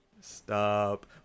Stop